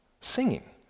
singing